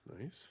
Nice